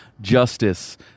justice